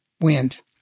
wind